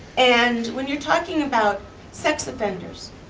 and when you're talking about sex offenders,